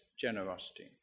generosity